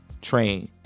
train